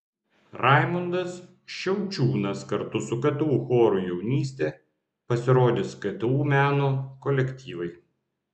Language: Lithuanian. raimundas šiaučiūnas kartu su ktu choru jaunystė pasirodys ktu meno kolektyvai